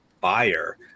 buyer